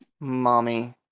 mommy